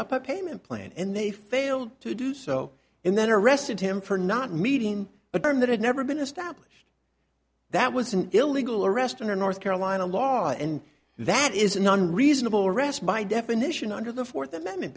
up a payment plan and they failed to do so and then arrested him for not meeting but that had never been established that was an illegal arrest or north carolina law and that is an unreasonable arrest by definition under the fourth amendment